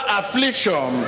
affliction